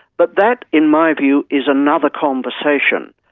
but that, in my view, is another conversation.